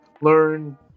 learn